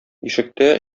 ишектә